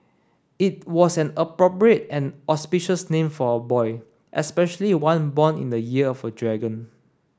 it was an appropriate and auspicious name for a boy especially one born in the year of a dragon